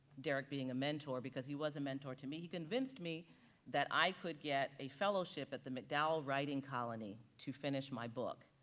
derrick being a mentor because he was a mentor to me, he convinced me that i could get a fellowship at the mcdowell writing colony to finish my book.